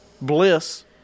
Bliss